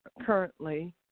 currently